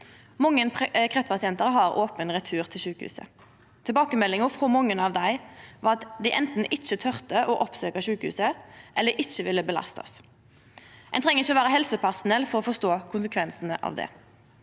Mange kreftpasientar har open retur til sjukehuset. Tilbakemeldinga frå mange av dei var at dei anten ikkje torde å oppsøkja sjukehuset eller ikkje ville belasta oss. Ein treng ikkje å vera helsepersonell for å forstå konsekvensane av det.